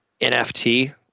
NFT